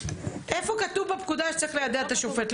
איפה כתוב בפקודה שצריך ליידע את השופט?